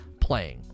playing